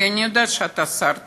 אני יודעת שאתה שר טוב,